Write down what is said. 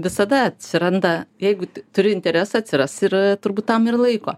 visada atsiranda jeigu turi interesą atsiras ir turbūt tam ir laiko